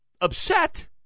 upset